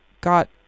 got